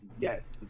Yes